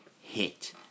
hit